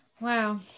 Wow